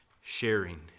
sharing